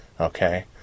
Okay